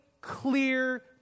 clear